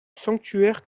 sanctuaire